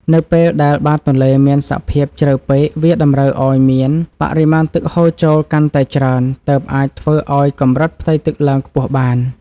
នៅពេលដែលបាតទន្លេមានសភាពជ្រៅពេកវាតម្រូវឱ្យមានបរិមាណទឹកហូរចូលកាន់តែច្រើនទើបអាចធ្វើឱ្យកម្រិតផ្ទៃទឹកឡើងខ្ពស់បាន។